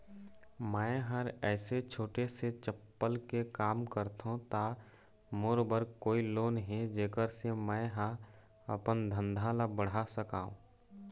मैं हर ऐसे छोटे से चप्पल के काम करथों ता मोर बर कोई लोन हे जेकर से मैं हा अपन धंधा ला बढ़ा सकाओ?